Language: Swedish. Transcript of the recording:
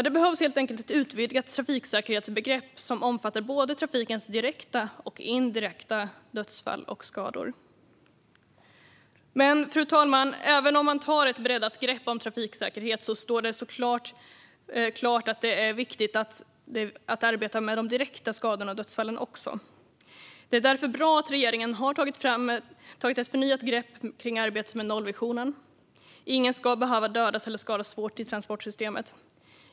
Det behövs helt enkelt ett utvidgat trafiksäkerhetsbegrepp som omfattar både trafikens direkta och indirekta dödsfall och skador. Fru talman! Även om man tar ett breddat grepp om trafiksäkerhet är det såklart viktigt att arbeta också med de direkta skadorna och dödsfallen. Det är därför bra att regeringen har tagit ett förnyat grepp om arbetet med nollvisionen. Ingen ska behöva dödas eller skadas svårt i transportsystemet.